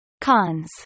Cons